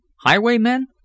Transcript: Highwaymen